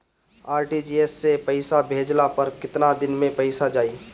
RTGS से पईसा भेजला पर केतना दिन मे पईसा जाई?